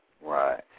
Right